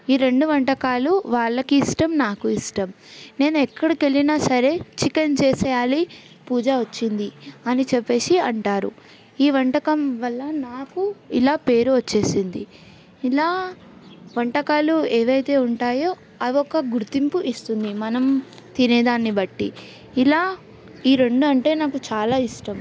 ఈ రెండు వంటకాలు వాళ్ళకి ఇష్టం నాకు ఇష్టం నేను ఎక్కడికి వెళ్ళినా సరే చికెన్ చేసేయాలి పూజ వచ్చింది అని చెప్పేసి అంటారు ఈ వంటకం వల్ల నాకు ఇలా పేరు వచ్చేసింది ఇలా వంటకాలు ఏవైతే ఉంటాయో అవొక గుర్తింపు ఇస్తుంది మనం తినేదాన్ని బట్టి ఇలా ఈ రెండు అంటే నాకు చాలా ఇష్టం